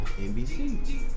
NBC